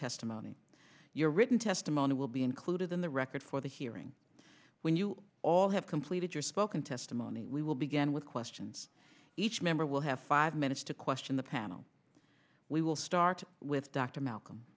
testimony your written testimony will be included in the record for the hearing when you all have completed your spoken testimony we will begin with questions each member will have five minutes to question the panel we will start with dr malcolm